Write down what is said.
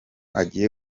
agiye